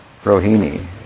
Rohini